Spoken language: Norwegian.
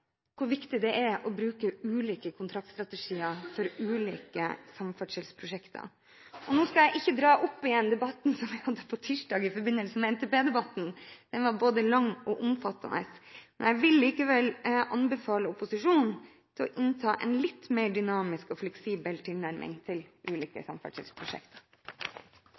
hvor viktig det er å bruke ulike kontraktstrategier for ulike samferdselsprosjekter. Nå skal jeg ikke dra opp igjen debatten vi hadde på tirsdag i forbindelse med NTP. Den var både lang og omfattende. Men jeg vil likevel anbefale opposisjonen å innta en litt mer dynamisk og fleksibel tilnærming til ulike samferdselsprosjekter.